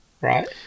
Right